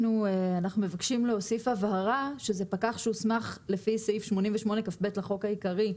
אנחנו מבקשים להוסיף הבהרה שזה פקח שהוסמך לפי סעיף 88כב לחוק העיקרי.